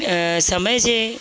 समय जे